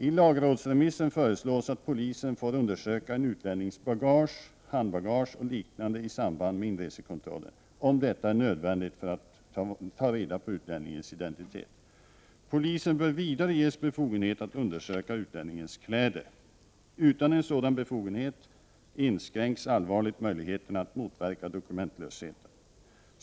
I lagrådsremissen föreslås att polisen får undersöka en utlännings bagage, handbagage och liknande i samband med inresekontroll, om detta är nödvändigt för att ta reda på utlänningens identitet. Polisen bör vidare ges befogenhet att undersöka utlänningens kläder. Utan en sådan befogenhet inskränks allvarligt möjligheterna att motverka dokumentlösheten.